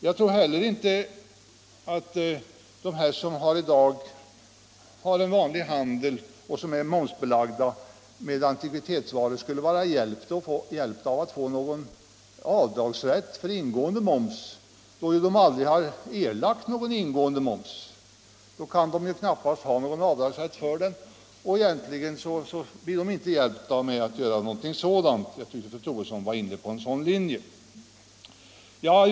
Jag tror heller inte att de som handlar yrkesmässigt med antikviteter, som är momsbelagda, skulle vara hjälpta av att få rätt till avdrag för ingående moms -— jag tyckte att fru Troedsson var inne på en sådan linje — för de har ju aldrig erlagt någon ingående moms.